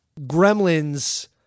gremlins